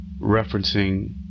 referencing